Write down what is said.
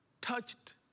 touched